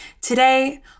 Today